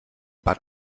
bad